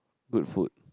good food